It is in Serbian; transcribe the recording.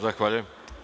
Zahvaljujem.